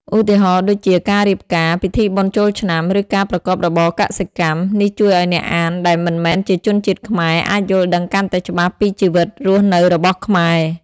ឧទាហរណ៍ដូចជា ការរៀបការ ពិធីបុណ្យចូលឆ្នាំ ឬការប្រកបរបរកសិកម្ម។ នេះជួយឲ្យអ្នកអានដែលមិនមែនជាជនជាតិខ្មែរ អាចយល់ដឹងកាន់តែច្បាស់ពីជីវិតរស់នៅរបស់ខ្មែរ។